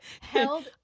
held